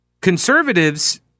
conservatives